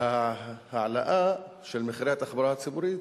וההעלאה של מחירי התחבורה הציבורית